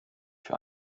für